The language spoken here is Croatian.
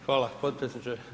Hvala potpredsjedniče.